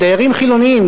כי דיירים חילונים,